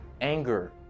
anger